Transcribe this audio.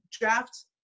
draft